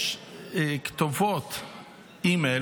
יש כתובות אימייל,